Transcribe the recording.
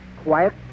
Quiet